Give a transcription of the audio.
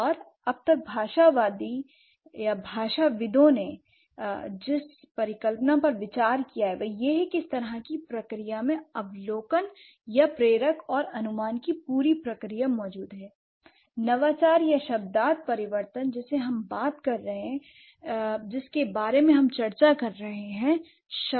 और अब तक भाषाविदों ने जिस परिकल्पना पर विचार किया है वह यह है कि इस तरह की प्रक्रिया में अवलोकन या प्रेरक और अनुमान की पूरी प्रक्रिया मौजूद है l नवाचार या शब्दार्थ परिवर्तन जिसे हम बात कर रहे हैं शब्दों के अर्थ बदल जाते हैं